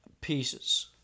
Pieces